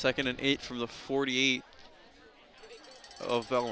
second and eight from the forty eight of the